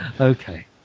Okay